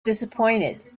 disappointed